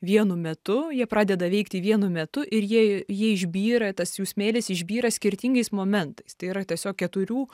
vienu metu jie pradeda veikti vienu metu ir jie jie išbyra tas jų smėlis išbyra skirtingais momentais tai yra tiesiog keturių